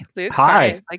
Hi